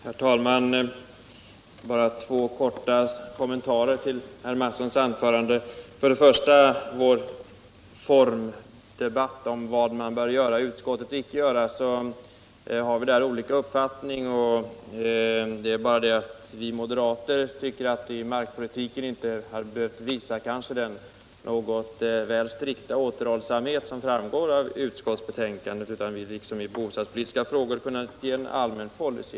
Herr talman! Jag vill bara göra två korta kommentarer till herr Mattssons anförande. Beträffande vår formdebatt om vad man bör göra och inte göra i utskottet har vi olika uppfattning. Vi moderater tycker att man i markpolitiken inte hade behövt visa den väl strikta återhållsamhet som framgår av utskottsbetänkandet utan att man liksom i bostadspolitiska frågor kunnat ge en allmän policy.